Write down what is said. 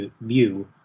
view